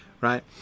Right